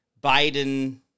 Biden